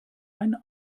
ein